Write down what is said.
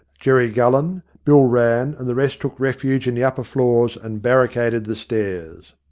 jerry gullen, bill rann, and the rest took refuge in the upper floors and barricaded the stairs.